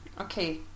okay